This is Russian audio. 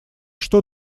что